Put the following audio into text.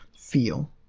feel